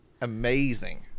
Amazing